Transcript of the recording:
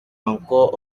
encore